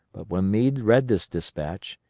but when meade read this despatch,